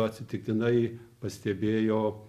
atsitiktinai pastebėjo